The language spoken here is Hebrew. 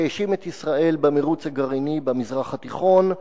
שהאשים את ישראל במירוץ הגרעיני במזרח התיכון.